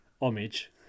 homage